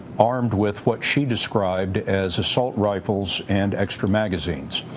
armed with what she described as assault rifles and extra magazines.